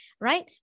right